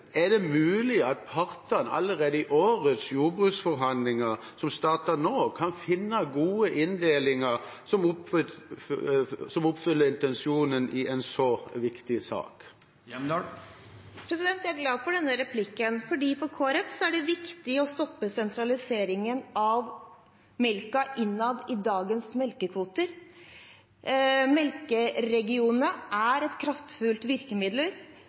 hele tatt mulig at partene allerede i årets jordbruksforhandlinger, som starter nå, kan finne gode inndelinger som oppfyller intensjonen i en så viktig sak? Jeg er glad for denne replikken. For Kristelig Folkeparti er det viktig å stoppe sentraliseringen av melken innad ved dagens melkekvoter. Melkekvoteregionene er et kraftfullt virkemiddel